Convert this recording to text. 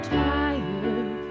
tired